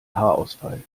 haarausfall